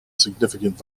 significant